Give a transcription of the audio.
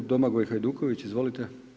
Domagoj Hajduković, izvolite.